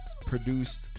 produced